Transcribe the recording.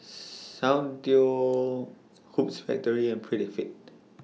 Soundteoh Hoops Factory and Prettyfit